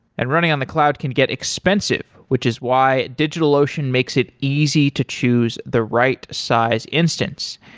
and running on the cloud can get expensive, which is why digitalocean makes it easy to choose the right size instance.